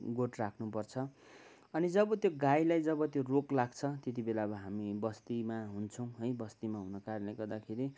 गोठ राख्नुपर्छ अनि जब त्यो गाईलाई जब त्यो रोग लाग्छ त्यति बेला अब हामी बस्तीमा हुन्छौँ है बस्तीमा हुनु कारणले गर्दाखेरि